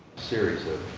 series of